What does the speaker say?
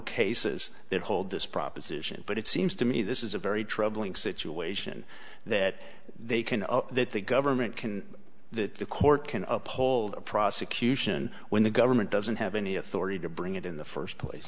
cases that hold this proposition but it seems to me this is a very troubling situation that they can that the government can that the court can uphold prosecution when the government doesn't have any authority to bring it in the first place